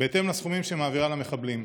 בהתאם לסכומים שהיא מעבירה למחבלים.